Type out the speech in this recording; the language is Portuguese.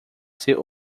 ser